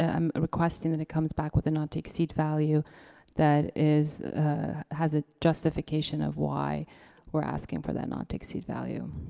ah i'm requesting that it comes back with a not to exceed value that has a justification of why we're asking for that not to exceed value